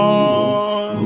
on